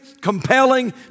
compelling